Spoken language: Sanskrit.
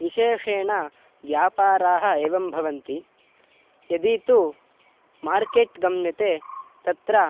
विशेषेण व्यापाराः एवं भवन्ति यदि तु मार्केट् गम्यते तत्र